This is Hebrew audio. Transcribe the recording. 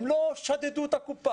הם לא שדדו את הקופה,